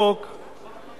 החוק